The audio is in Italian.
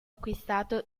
acquistato